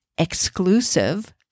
exclusive